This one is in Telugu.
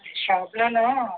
షాప్ లోను